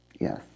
Yes